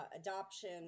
adoption